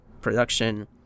production